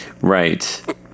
Right